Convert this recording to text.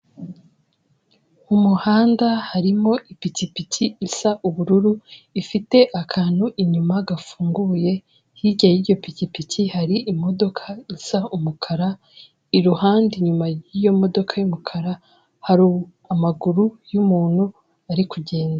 Mu muhanda harimo ipikipiki isa ubururu ifite akantu inyuma gafunguye, hirya y'iryo pikipiki hari imodoka isa umukara, iruhande inyuma y'iyo modoka y'umukara hari amaguru y'umuntu ari kugenda.